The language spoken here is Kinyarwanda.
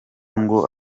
ngo